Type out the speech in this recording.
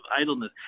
idleness